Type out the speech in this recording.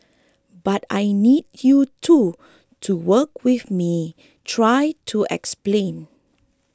but I need you too to work with me try to explain